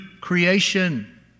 creation